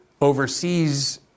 oversees